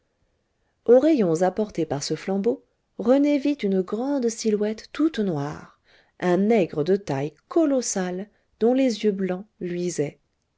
aux rayons apportés par ce flambeau rené vit une grande silhouette toute noire un nègre de taille colossale dont les yeux blancs luisaient